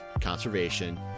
conservation